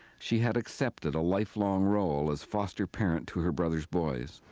she had accepted a life-long role as foster parent to her brother's boys.